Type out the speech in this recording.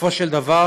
בסופו של דבר,